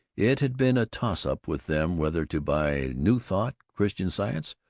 it had been a toss-up with them whether to buy new thought, christian science,